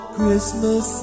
Christmas